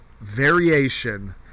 variation